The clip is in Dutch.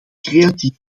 creatief